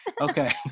Okay